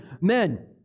Men